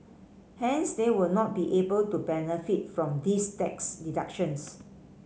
hence they would not be able to benefit from these tax deductions